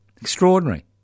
Extraordinary